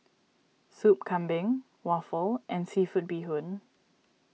Soup Kambing Waffle and Seafood Bee Hoon